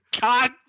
God